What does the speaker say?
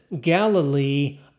Galilee